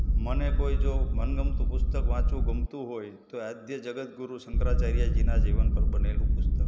મને કોઈ જો મનગમતું પુસ્તક વાંચવું ગમતું હોય તો આદ્ય જગદગુરુ શંકરાચાર્યજીનાં જીવન પર બનેલું પુસ્તક